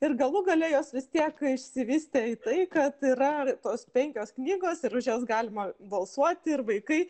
ir galų gale jos vis tiek išsivystė į tai kad yra tos penkios knygos ir už jas galima balsuoti ir vaikai